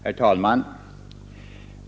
Herr talman!